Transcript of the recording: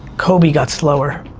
kobe got slower.